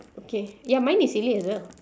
okay ya mine is silly as well